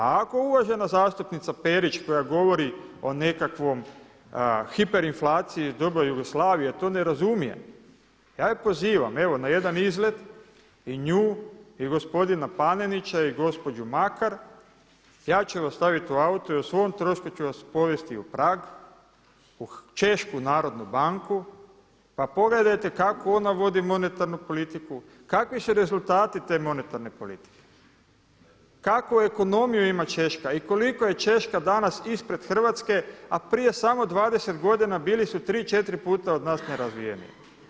A ako uvažena zastupnica Perić koja govori o nekakvom hiperinflaciji iz doba Jugoslavije to ne razumije ja je pozivam evo na jedan izlet i nju i gospodina Panenića i gospođu Makar, ja ću vas staviti u auto i o svom trošku ću vas povesti u Prag, u Češku narodnu banku pa pogledajte kako ona vodi monetarnu politiku, kakvi su rezultati te monetarne politike, kakvu ekonomiju ima Češka i koliko je Češka danas ispred Hrvatske a prije samo 20 godina bili su 3, 4 puta od nas nerazvijeniji.